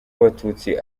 abatutsi